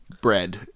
bread